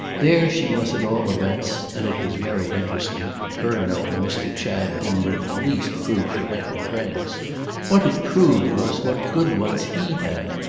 there she was at all events and it was very interesting. her knowing mr. chad didn't in the least prove she hadn't friends what it proved was what good ones he had.